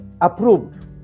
approved